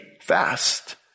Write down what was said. Fast